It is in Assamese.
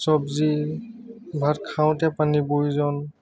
চবজি ভাত খাওঁতে পানীৰ প্ৰয়োজন